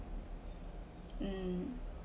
mm